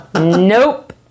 nope